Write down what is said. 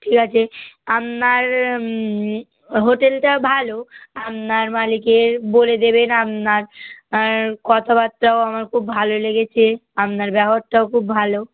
ঠিক আছে আপনার হোটেলটা ভালো আপনার মালিকের বলে দেবেন আপনার কথাবার্তাও আমার খুব ভালো লেগেছে আপনার ব্যবহারটাও খুব ভালো